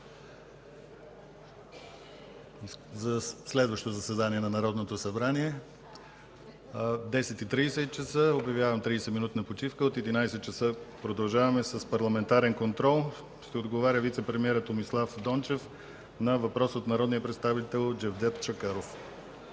за следващото заседание на Народното събрание. Часът е 10,30, обявявам 30-минутна почивка. От 11,00 ч. продължаваме с парламентарен контрол. Ще отговаря вицепремиерът Томислав Дончев на въпрос от народния представител Джевдет Чакъров.